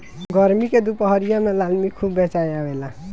गरमी के दुपहरिया में लालमि खूब बेचाय आवेला